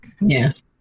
Yes